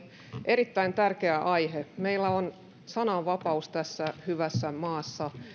erittäin tärkeä aihe meillä on sananvapaus tässä hyvässä maassa